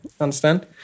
understand